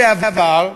לשעבר,